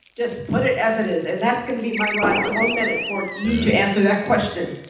just put it as it is. and that's going to be my last one minute for you to answer that question.